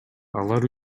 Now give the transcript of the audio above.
алар